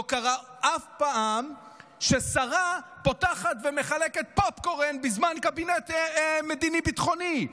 לא קרה אף פעם ששרה פותחת ומחלקת פופקורן בזמן קבינט מדיני ביטחוני.